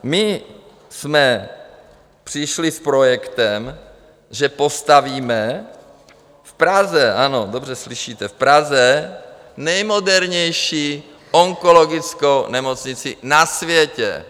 My jsme přišli s projektem, že postavíme v Praze, ano, dobře slyšíte, v Praze, nejmodernější onkologickou nemocnici na světě.